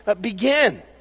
begin